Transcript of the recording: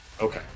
Okay